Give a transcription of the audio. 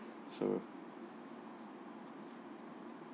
so